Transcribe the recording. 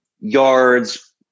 Yards